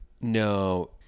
No